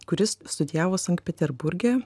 kuris studijavo sankt peterburge